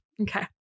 Okay